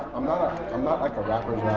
i'm not like a rapper's